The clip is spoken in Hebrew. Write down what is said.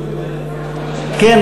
כן,